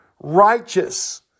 righteous